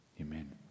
Amen